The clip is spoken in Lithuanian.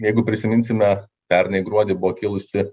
jeigu prisiminsime pernai gruodį buvo kilusi